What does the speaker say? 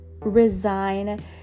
resign